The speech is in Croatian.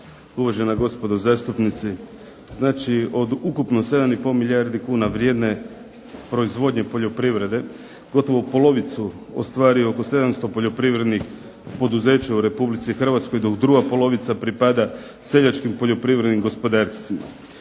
uvažena gospodo zastupnici. Znači od ukupno 7 i pol milijardi kuna vrijedne proizvodnje poljoprivrede gotovo polovicu ostvari oko 700 poljoprivrednih poduzeća u Republici Hrvatskoj dok druga polovica pripada seljačkim poljoprivrednim gospodarstvima.